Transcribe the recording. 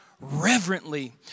reverently